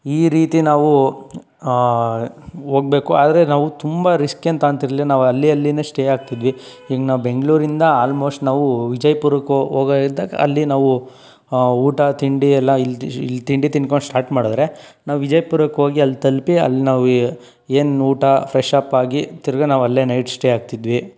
ಈ ರೀತಿ ನಾವು ಹೋಗ್ಬೇಕು ಆದರೆ ನಾವು ಆದರೆ ನಾವು ತುಂಬ ರಿಸ್ಕ್ ಏನು ತಗೋತಿರಲ್ಲ ನಾವು ಅಲ್ಲಿ ಅಲ್ಲಿನೇ ಸ್ಟೇ ಆಗ್ತಿದ್ವಿ ಹೀಗೆ ನಾವು ಬೆಂಗಳೂರಿಂದ ಆಲ್ಮೋಸ್ಟ್ ನಾವು ವಿಜಯಪುರಕ್ಕೆ ಹೊ ಹೋಗ ಇದ್ದಾಗ ಅಲ್ಲಿ ನಾವು ಊಟ ತಿಂಡಿ ಎಲ್ಲ ಇಲ್ಲಿ ತಿಂಡಿ ತಿಂದ್ಕೊಂಡು ಸ್ಟಾರ್ಟ್ ಮಾಡಿದ್ರೆ ನಾವು ವಿಜಯಪುರಕ್ಕೆ ಹೋಗಿ ಅಲ್ಲಿ ತಲುಪಿ ಅಲ್ಲಿ ನಾವು ಏ ಏನು ಊಟ ಫ್ರೆಶಪ್ ಆಗಿ ತಿರ್ಗಾ ನಾವು ಅಲ್ಲೇ ನೈಟ್ ಸ್ಟೇ ಆಗ್ತಿದ್ವಿ